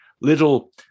little